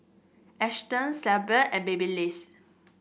Astons Carlsberg and Babyliss